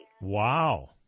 Wow